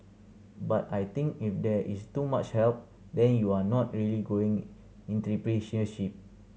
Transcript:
but I think if there is too much help then you are not really growing